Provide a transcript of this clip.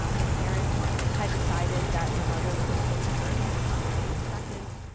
um her parents had decided that her mother would get to name the first and her father would name the second.